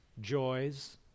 joys